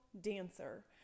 dancer